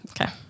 Okay